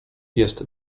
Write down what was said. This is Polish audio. jest